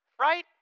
right